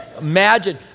Imagine